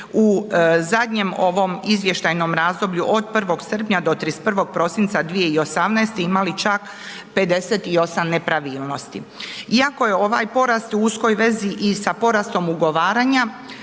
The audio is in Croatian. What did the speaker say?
u zadnjem ovom izvještajnom razdoblju od 1. srpnja do 31. prosinca 2018. imali čak 58 nepravilnosti. Iako je ovaj porast u uskoj vezi i sa porastom ugovaranja,